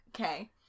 okay